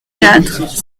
quatre